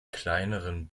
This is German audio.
kleineren